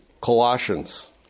Colossians